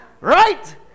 Right